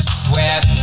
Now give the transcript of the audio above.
sweat